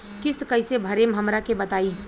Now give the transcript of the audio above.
किस्त कइसे भरेम हमरा के बताई?